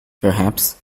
perhaps